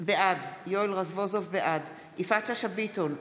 בעד יפעת שאשא ביטון,